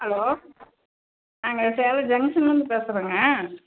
hello நாங்கள் சேலம் ஜங்ஷன்லேருந்து பேசுகிறோங்க